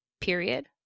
period